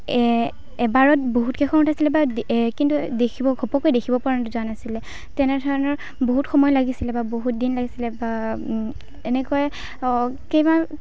এবাৰত বহুতকেইখন উঠাইছিলে বা কিন্তু দেখিব ঘপক্কৈ দেখিব পৰা যোৱা নাছিলে তেনেধৰণৰ বহুত সময় লাগিছিলে বা বহুতদিন লাগিছিলে বা এনেকৈ